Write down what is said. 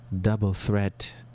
double-threat